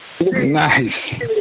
Nice